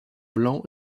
blanc